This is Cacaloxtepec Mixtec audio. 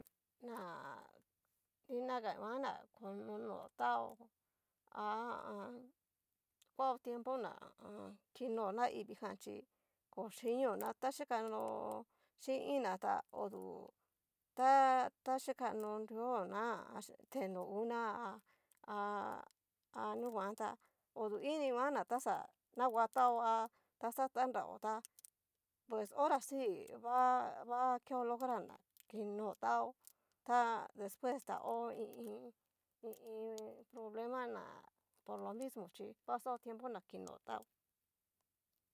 Na. dinaga nguan na kono no taó, ha a an, kuao tiempo na ha a an kino naivii jan chí kochinio na ta xhikano xhin iin na ta odu ta- ta chikano nruo na teno una ha ha nunguan ta odu ininguan ná taxa nanguatao ha txa tanrao tá, pues hora si vá'a va keo lograr ni kinotao ta despues ta ho i iin, i iin problema ná por lo mismo xhi va xao tiempo na kino tao.